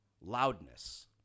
Loudness